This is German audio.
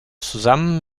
zusammen